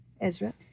Ezra